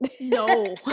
No